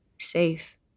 safe